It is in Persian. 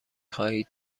خواهید